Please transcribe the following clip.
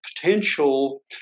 potential